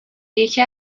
یکی